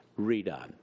redone